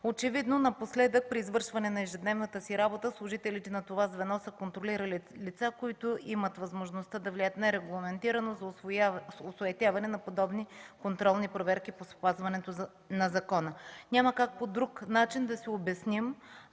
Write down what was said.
Очевидно напоследък при извършване на ежедневната си работа служителите на това звено са контролирали лица, които имат възможността да влияят нерегламентирано за осуетяване на подобни контролни проверки по спазването на закона. Няма как по друг начин да си обясним